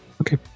Okay